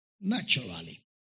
naturally